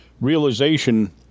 realization